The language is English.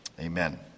Amen